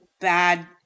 bad